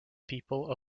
people